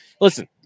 Listen